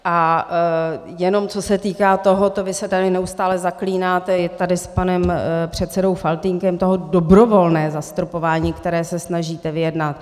A jenom co se týká toho vy se tady neustále zaklínáte i tady s panem předsedou Faltýnkem toho dobrovolného zastropování, které se snažíte vyjednat.